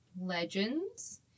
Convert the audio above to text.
legends